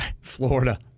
Florida